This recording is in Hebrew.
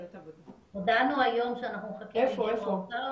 הודענו היום שאנחנו מחכים לאישור האוצר,